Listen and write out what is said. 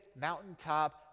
mountaintop